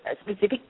specific